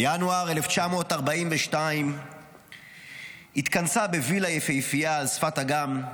בינואר 1942 התכנסה בווילה יפהפייה, על שפת אגם,